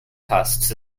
costs